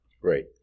Great